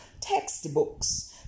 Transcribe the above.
textbooks